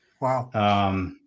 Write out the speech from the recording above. Wow